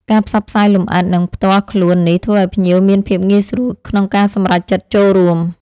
ការផ្សព្វផ្សាយលំអិត និងផ្ទាល់ខ្លួននេះធ្វើឲ្យភ្ញៀវមានភាពងាយស្រួលក្នុងការសម្រេចចិត្តចូលរួម